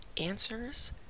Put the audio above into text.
answers